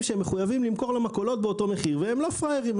שהם מחויבים למכור למכולות באותו מחיר והם לא פראיירים,